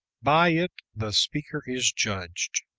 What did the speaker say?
by it the speaker is judged.